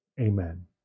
Amen